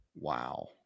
Wow